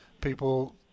people